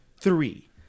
three